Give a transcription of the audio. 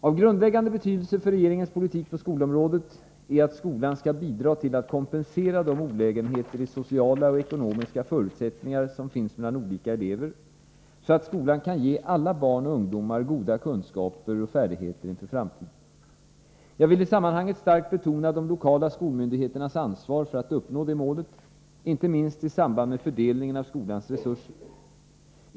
Av grundläggande betydelse för regeringens politik på skolområdet är att skolan skall bidra till att kompensera de olikheter i sociala och ekonomiska förutsättningar som finns mellan olika elever, så att skolan kan ge alla barn och ungdomar goda kunskaper och färdigheter inför framtiden. Jag vill i sammanhanget starkt betona de lokala skolmyndigheternas ansvar för att uppnå detta mål, inte minst i samband med fördelningen av skolans resurser.